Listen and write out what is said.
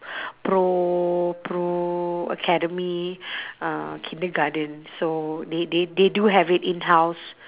pro pro academy uh kindergarten so they they they do have it in-house